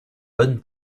bonne